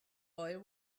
oil